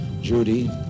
Judy